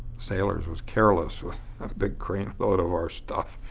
sailors was careless with a big crate-load of our stuff,